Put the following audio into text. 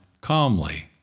calmly